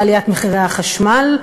לעליית מחירי החשמל,